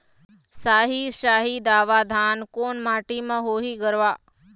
साही शाही दावत धान कोन माटी म होही गरवा?